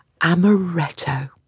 Amaretto